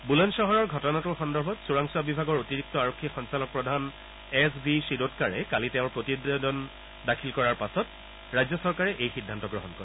বুলণ্ণশহৰৰ ঘটনাটোৰ সন্দৰ্ভত চোৰাংচোৱা বিভাগৰ অতিৰিক্ত আৰক্ষী সঞ্চালকপ্ৰধান এছ ভি শ্বিৰোডকাৰে কালি তেওঁৰ তদন্তৰ প্ৰতিবেদন দাখিল কৰাৰ পাছত ৰাজ্য চৰকাৰে এই সিদ্ধান্ত গ্ৰহণ কৰে